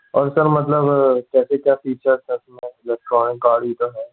और सर मतलब कैसे क्या फीचर्स है इसमें इलेक्ट्रोनिक गाड़ी जो है